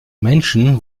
menschen